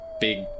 big